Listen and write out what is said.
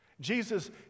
Jesus